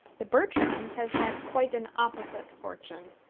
the bertrams has had quite an opposite fortune.